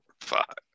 Fuck